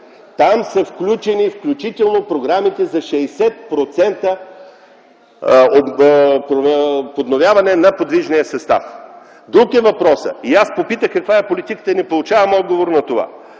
Там са включени включително програмите за 60% подновяване на подвижния състав. И аз попитах каква е политиката и не получавам отговор на това.